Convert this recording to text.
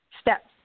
steps